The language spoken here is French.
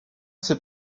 ces